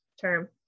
term